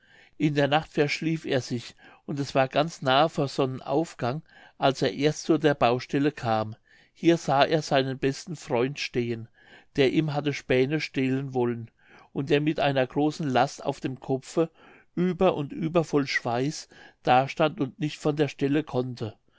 in der nacht verschlief er sich und es war ganz nahe vor sonnenaufgang als er erst zu der baustelle kam hier sah er seinen besten freund stehen der ihm hatte spähne stehlen wollen und der mit einer großen last auf dem kopfe über und über voll schweiß da stand und nicht von der stelle konnte